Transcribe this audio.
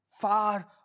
far